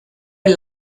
del